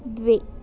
द्वे